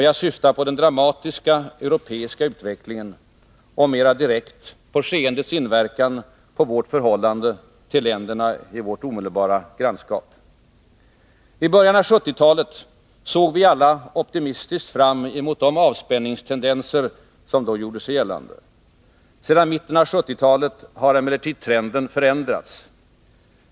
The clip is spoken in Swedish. Jag syftar på den dramatiska europeiska utvecklingen och — mera direkt — på skeendets inverkan på vårt förhållande till länderna i vårt omedelbara grannskap. I början av 1970-talet såg vi alla optimistiskt fram emot de avspänningstendenser som då gjorde sig gällande. Sedan mitten av 1970-talet har emellertid trenden förändrats.